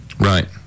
Right